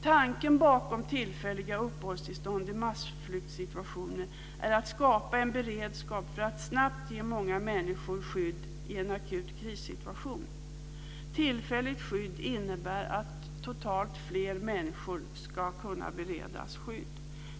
Tanken bakom tillfälliga uppehållstillstånd i massflyktssituationer är att skapa en beredskap för att snabbt ge många människor skydd i en akut krissituation. Tillfälligt skydd innebär att totalt fler människor ska kunna beredas skydd.